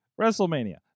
WrestleMania